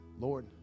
Lord